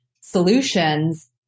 solutions